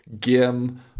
Gim